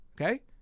Okay